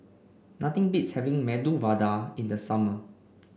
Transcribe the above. nothing beats having Medu Vada in the summer